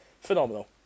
phenomenal